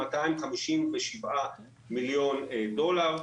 257 מיליון דולר.